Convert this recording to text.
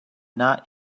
not